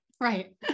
Right